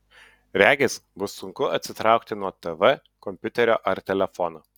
regis bus sunku atsitraukti nuo tv kompiuterio ar telefono